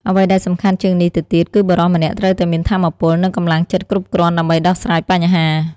អ្វីដែលសំខាន់ជាងនេះទៅទៀត គឺបុរសម្នាក់ត្រូវតែមានថាមពល និងកម្លាំងចិត្តគ្រប់គ្រាន់ដើម្បីដោះស្រាយបញ្ហា។